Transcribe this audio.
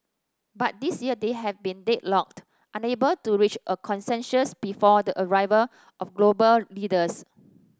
but this year they have been deadlocked unable to reach a consensus before the arrival of global leaders